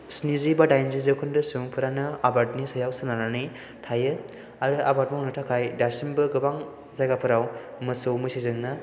स्निजि एबा दाइनजि जौखोन्दो सुबुंफोरानो आबादनि सायाव सोनारनानै थायो आरो आबाद मावनो थाखाय दासिमबो गोबां जायगाफोराव मोसौ मैसोजोंनो